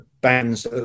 bands